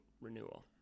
renewal